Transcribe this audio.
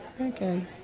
okay